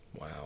Wow